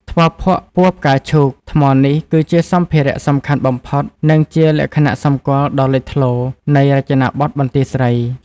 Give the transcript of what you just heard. ថ្មភក់ពណ៌ផ្កាឈូក ថ្មនេះគឺជាសម្ភារៈសំខាន់បំផុត និងជា លក្ខណៈសម្គាល់ដ៏លេចធ្លោ នៃរចនាបថបន្ទាយស្រី។